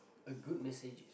a good message